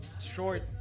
short